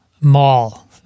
Mall